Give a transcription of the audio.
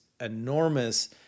enormous